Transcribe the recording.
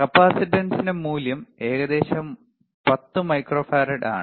കപ്പാസിറ്ററിന്റെ മൂല്യം ഏകദേശം 10 മൈക്രോഫറാഡ് ആണ്